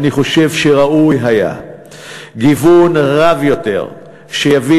אני חושב שראוי היה גיוון רב יותר שיביא